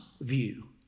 view